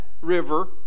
river